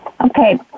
Okay